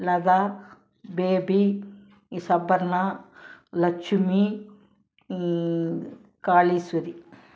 Latha Baby Saparna Lakshmi Kaliswari